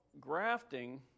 grafting